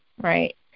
right